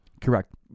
Correct